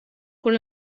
cun